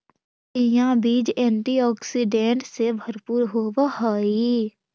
chia बीज antioxidant से भरपूर होवअ हई